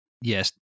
yes